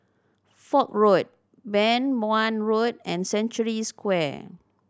Fort Road Beng Wan Road and Century Square